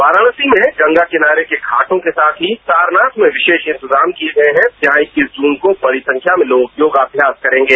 वाराणसी में गंगा किनारे के घाटों के साथ ही सारनाथ में विशेष इंतजाम किए गए हैं जहां इक्कीस जून को बड़ी संख्या में लोग योगाम्यास करेंगे